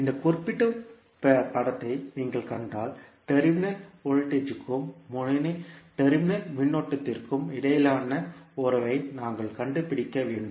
இந்த குறிப்பிட்ட உருவத்தை நீங்கள் கண்டால் டெர்மினல் வோல்ட்டேஜ் ற்கும் முனைய மின்னோட்டத்திற்கும் இடையிலான உறவை நாங்கள் கண்டுபிடிக்க வேண்டும்